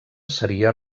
seria